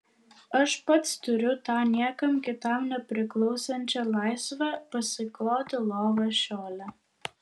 aš pats turiu tą niekam kitam nepriklausančią laisvę pasikloti lovą šeole